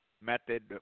Method